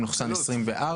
ו-פ/1492/24,